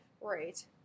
Right